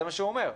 זה מה שהוא אומר.